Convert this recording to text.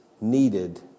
needed